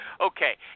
okay